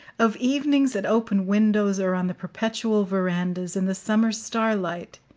of evenings at open windows or on the perpetual verandas, in the summer starlight,